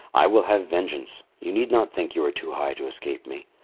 i will have vengeance you need not think you are too high to escape me.